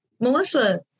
Melissa